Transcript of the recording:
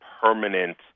permanent